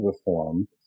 reform